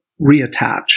reattach